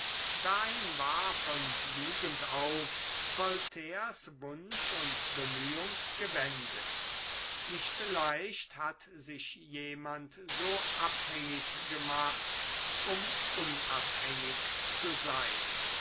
dahin war von jugend auf voltaires wunsch und bemühung gewendet nicht leicht hat sich jemand so abhängig gemacht um unabhängig zu sein